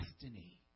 destiny